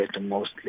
mostly